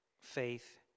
faith